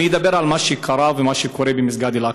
אני אדבר על מה שקרה ומה שקורה במסגד אל-אקצא.